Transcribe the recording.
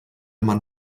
mann